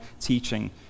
teaching